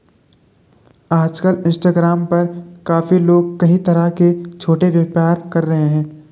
आजकल इंस्टाग्राम पर काफी लोग कई तरह के छोटे व्यापार कर रहे हैं